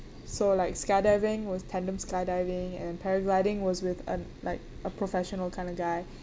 so like skydiving was tandem skydiving and paragliding was with a like a professional kind of guy